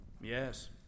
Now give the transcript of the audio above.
Yes